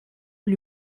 lui